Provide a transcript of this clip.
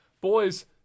Boys